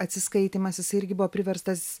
atsiskaitymas jisai irgi buvo priverstas